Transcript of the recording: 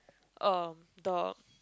uh the